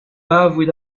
avouer